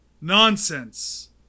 Nonsense